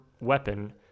weapon